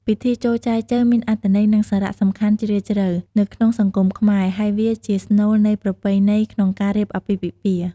ពិធីចូលចែចូវមាន អត្ថន័យ និងសារៈសំខាន់ជ្រាលជ្រៅ នៅក្នុងសង្គមខ្មែរ ហើយវាជាស្នូលនៃប្រពៃណីក្នុងការរៀបអាពាហ៍ពិពាហ៍។